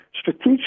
strategic